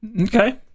Okay